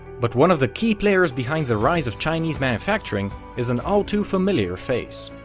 but one of the key players behind the rise of chinese manufacturing is an all-too-familiar face.